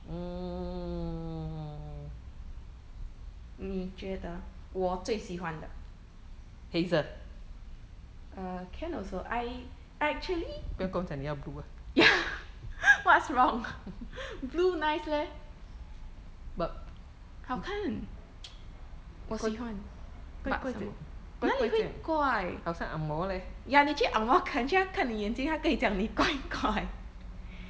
你觉得我最喜欢的:ni jue de wo xi huan de err can also I actually ya what's wrong blue nice leh 好看我喜欢哪里会怪 ya 你去 angmo country 他看你眼睛他跟你讲你怪怪